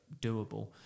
doable